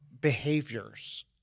behaviors